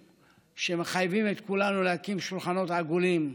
שמחייבים את כולנו להקים שולחנות עגולים.